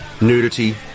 nudity